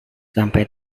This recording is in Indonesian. sampai